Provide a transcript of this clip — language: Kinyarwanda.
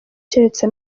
keretse